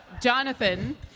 Jonathan